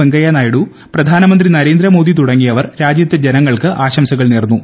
വെങ്കയ്യനായിഡു പ്രധാനമന്ത്രി നരേന്ദ്രമോദി തുടങ്ങിയവർ രാജ്യത്തെ ജനങ്ങൾക്ക് ആശംസകൾ നേർന്നു